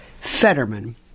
Fetterman